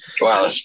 Wow